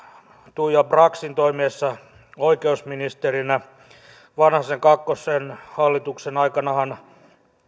tuija braxin toimiessa oikeusministerinä vanhasen kakkoshallituksen aikanahan